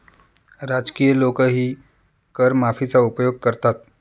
राजकीय लोकही कर माफीचा उपयोग करतात